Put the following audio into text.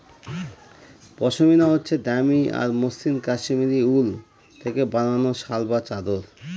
পশমিনা হচ্ছে দামি আর মসৃণ কাশ্মীরি উল থেকে বানানো শাল বা চাদর